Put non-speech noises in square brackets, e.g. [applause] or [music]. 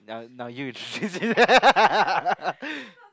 now now you introduce yourself [laughs]